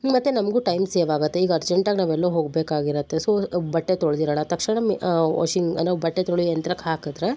ಮತ್ತು ನಮಗೂ time save ಆಗುತ್ತೆ ಈಗ ಅರ್ಜೆಂಟಾಗಿ ನಾವೆಲ್ಲೋ ಹೋಗಬೇಕಾಗಿರತ್ತೆ ಸೊ ಬಟ್ಟೆ ತೊಳ್ದಿರೋಲ್ಲ ತಕ್ಷಣವೇ ವಾಷಿಂಗ್ ನಾವು ಬಟ್ಟೆ ತೊಳೆಯೋ ಯಂತ್ರಕ್ಕೆ ಹಾಕಿದ್ರೆ